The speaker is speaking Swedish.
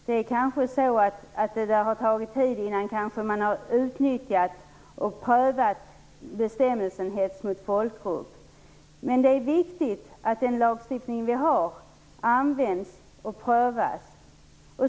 Det kanske har tagit tid innan man har utnyttjat och prövat bestämmelsen om hets mot folkgrupp, men det är viktigt att den lagstiftning vi har används och prövas.